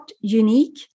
unique